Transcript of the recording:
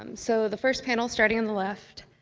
um so the first panel, starting on the left,